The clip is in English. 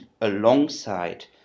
alongside